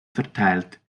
verteilt